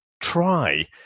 try